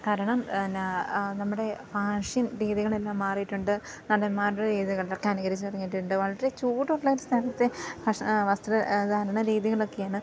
കാരണം പിന്നെ നമ്മുടെ ഫാഷ്യൻ രീതികളെല്ലാം മാറിയിട്ടുണ്ട് നടന്മാരുടെ രീതി കണ്ടൊക്കെ അനുകരിച്ച് തുടങ്ങിയിട്ടുണ്ട് വളരെ ചൂടുള്ള ഒരു സ്ഥലത്തെ വസ്ത്ര ധാരണ രീതികളൊക്കെയാണ്